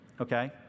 okay